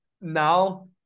now